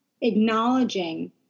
acknowledging